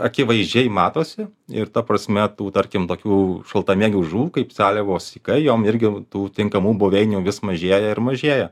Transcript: akivaizdžiai matosi ir ta prasme tų tarkim tokių šaltamėgių kaip seliavos sykai joms irgi tų tinkamų buveinių vis mažėja ir mažėja